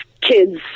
kids